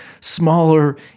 smaller